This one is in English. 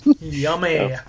Yummy